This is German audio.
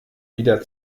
wieder